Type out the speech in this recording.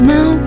Now